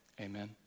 Amen